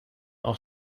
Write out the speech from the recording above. auch